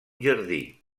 jardí